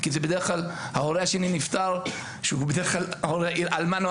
כי בדרך כלל ההורה שנפטר הוא אלמן או